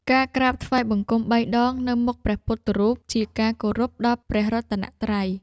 ការក្រាបថ្វាយបង្គំបីដងនៅមុខព្រះពុទ្ធរូប ជាការគោរពដល់ព្រះរតនត្រ័យ។